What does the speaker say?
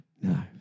No